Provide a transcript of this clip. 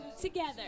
together